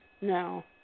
No